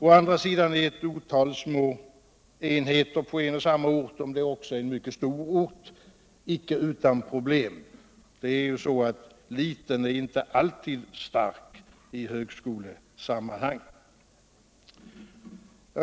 Å andra sidan är ett otal små enheter på en och samma ort —- även om det är en myckelt stor ort — icke utan problem; liten är ju inte alltid stark i högskolesammanhang!